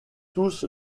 tous